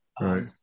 right